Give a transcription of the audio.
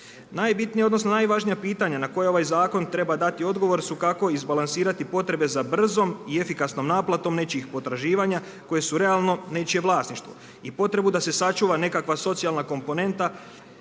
Najbitnija odnosno najvažnija pitanja na koja ovaj zakon treba dati odgovor su kao izbalansirati potrebe za brzom i efikasnom naplatom nečijih potraživanja koje su realno nečije vlasništvo i potrebu da se sačuva nekakva socijalna komponenta